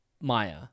Maya